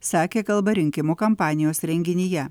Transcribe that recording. sakė kalbą rinkimų kampanijos renginyje